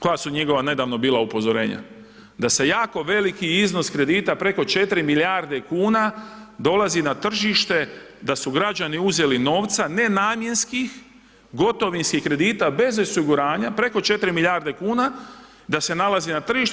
Koja su njegova nedavna bila upozorenja, da se jako veliki iznos kredita preko 4 milijardi kuna dolazi na tržište, da su građani uzeli novca nenamjenskih gotovinskih kredita bez osiguranja preko 4 milijarde kuna da se nalazi na tržištu.